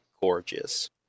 gorgeous